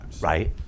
Right